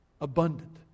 abundant